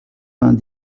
vingt